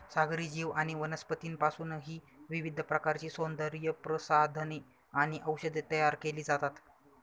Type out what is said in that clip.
सागरी जीव आणि वनस्पतींपासूनही विविध प्रकारची सौंदर्यप्रसाधने आणि औषधे तयार केली जातात